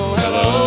hello